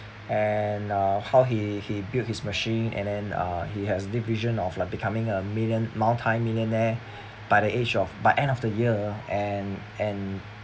and uh how he he build his machine and then uh he has this vision of like becoming a million multi millionaire by the age of by end of the year and and